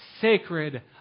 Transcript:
sacred